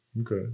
Okay